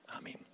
Amen